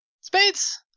Spades